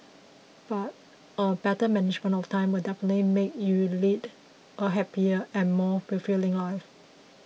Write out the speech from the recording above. but a better management of time will definitely make you lead a happier and more fulfilling life